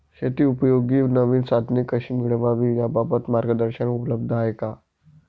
शेतीउपयोगी नवीन साधने कशी मिळवावी याबाबत मार्गदर्शन उपलब्ध आहे का?